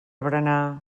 berenar